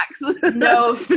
no